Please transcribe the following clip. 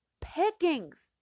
pickings